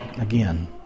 Again